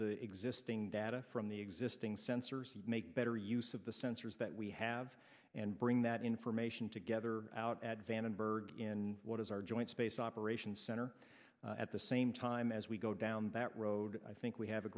the existing data from the existing sensors make better use of the sensors that we have and bring that information together out at vandenberg in what is our joint space operations center at the same time as we go down that road i think we have a